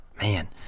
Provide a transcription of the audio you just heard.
Man